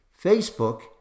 Facebook